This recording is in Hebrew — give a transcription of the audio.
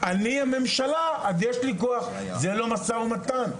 אני הממשלה אז יש לי כוח, זה לא משא ומתן.